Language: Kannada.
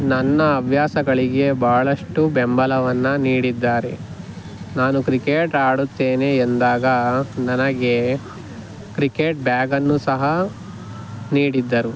ನನ್ನ ಹವ್ಯಾಸಗಳಿಗೆ ಭಾಳಷ್ಟು ಬೆಂಬಲವನ್ನು ನೀಡಿದ್ದಾರೆ ನಾನು ಕ್ರಿಕೆಟ್ ಆಡುತ್ತೇನೆ ಎಂದಾಗ ನನಗೆ ಕ್ರಿಕೆಟ್ ಬ್ಯಾಗನ್ನು ಸಹ ನೀಡಿದ್ದರು